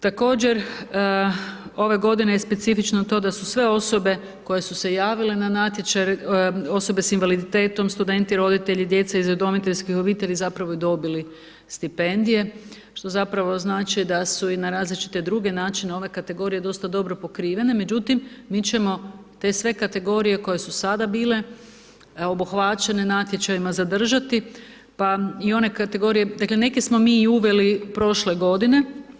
Također, ove godine je specifično to da su sve osobe koje su se javile na natječaj, osobe s invaliditetom, studenti, roditelji, djeca iz udomiteljskih obitelji zapravo i dobili stipendije, što zapravo znači da su i na različite druge načine ove kategorije dosta dobro pokrivene, međutim, mi ćemo sve te kategorije koje su sad bile obuhvaćene natječajima, zadržati, pa i one kategorije, dakle neke smo mi i uveli prošle godine.